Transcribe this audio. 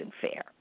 fair